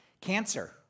Cancer